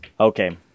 Okay